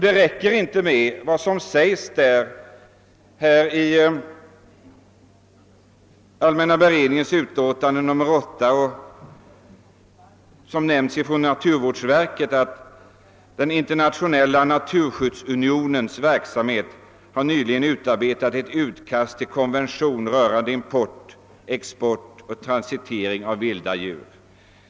Det räcker inte med den hänvisning som görs i allmänna beredningsutskottets utlåtande nr 8 och som även naturvårdsverket gjort, nämligen att den internationella naturskyddsunionen »nyligen utarbetat ett utkast till konvention rörande import, export och transitering av vilda djur».